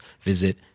visit